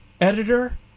editor